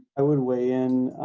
i would weigh in.